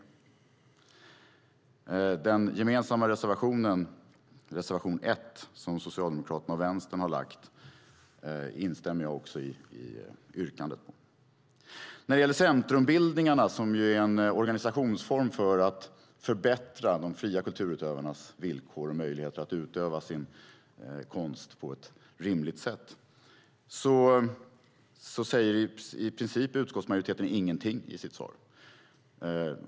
Jag instämmer i yrkandet på den gemensamma reservationen, reservation 1, som Socialdemokraterna och Vänstern har. När det gäller centrumbildningarna, som är en organisationsform för att förbättra de fria kulturutövarnas villkor och möjligheter att utöva sin konst på ett rimligt sätt, säger utskottsmajoriteten i princip ingenting i sitt svar.